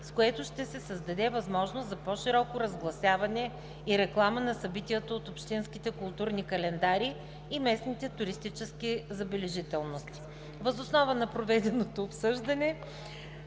с което ще се създаде възможност за по-широко разгласяване и реклама на събитията от общинските културни календари и местните туристически забележителности. Въз основа на проведеното обсъждане